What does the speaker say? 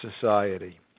society